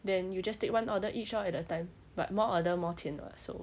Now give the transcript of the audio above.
then you just take one order each lor at a time but more order more 钱的 [what] so